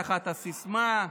תחת הסיסמה,